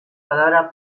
palabra